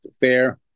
fair